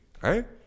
right